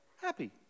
happy